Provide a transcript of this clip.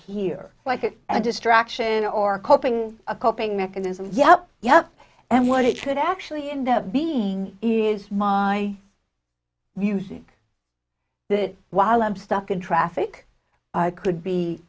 here like it and distraction or coping a coping mechanism yup yup and what it should actually end up being is my music that while i'm stuck in traffic i could be